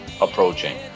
approaching